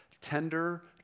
tender